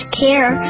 care